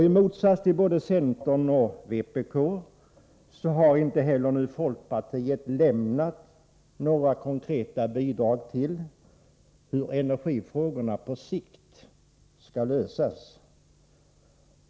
I motsats till centern och vpk har folkpartiet nu inte lämnat några konkreta bidrag till lösningen av energifrågorna på sikt.